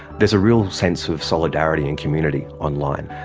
there's a real sense of solidarity and community online.